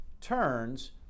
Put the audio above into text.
turns